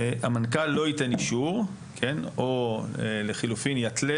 המנכ"ל לא ייתן אישור או לחילופין יתלה